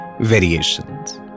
variations